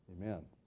amen